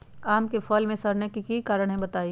आम क फल म सरने कि कारण हई बताई?